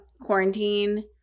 Quarantine